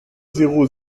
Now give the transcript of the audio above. zéro